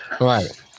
right